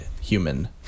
human